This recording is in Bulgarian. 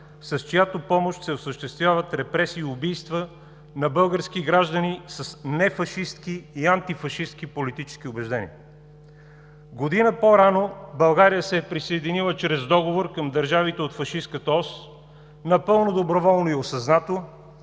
с чиято помощ се осъществяват репресии и убийства на български граждани с нефашистки и антифашистки политически убеждения. Година по-рано България се е присъединила чрез договор към държавите от фашистката ос, напълно доброволно и осъзнато,